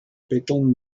betteln